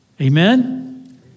Amen